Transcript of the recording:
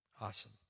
Awesome